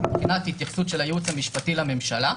מבחינת התייחסות של הייעוץ המשפטי לממשלה.